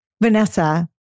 Vanessa